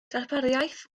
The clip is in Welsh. darpariaeth